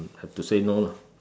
have to say no lah